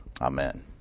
Amen